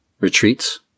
retreats